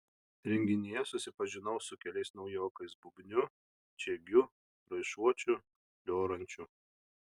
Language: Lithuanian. renginyje susipažinau su keliais naujokais bubniu čiegiu raišuočiu lioranču